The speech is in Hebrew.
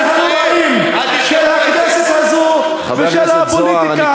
הנוראיים של הכנסת הזאת ושל הפוליטיקה הישראלית.